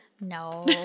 No